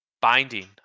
binding